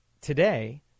today